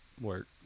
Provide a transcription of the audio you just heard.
work